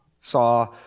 saw